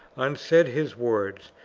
unsaid his words,